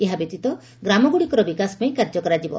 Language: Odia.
ଏହା ବ୍ୟତୀତ ଗ୍ରାମଗୁଡ଼ିକର ବିକାଶ ପାଇଁ କାର୍ଯ୍ୟ କରାଯିବ